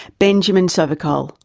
benjamin sovacool,